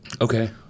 Okay